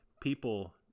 people